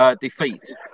defeat